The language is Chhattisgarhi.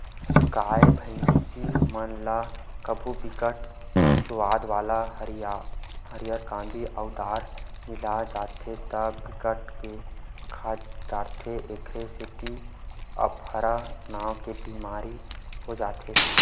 गाय, भइसी मन ल कभू बिकट सुवाद वाला हरियर कांदी अउ दार मिल जाथे त बिकट के खा डारथे एखरे सेती अफरा नांव के बेमारी हो जाथे